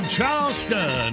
Charleston